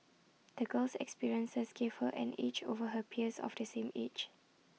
the girl's experiences gave her an edge over her peers of the same age